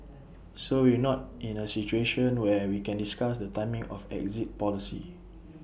so we're not in A situation where we can discuss the timing of exit policy